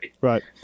Right